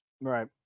Right